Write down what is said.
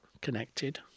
connected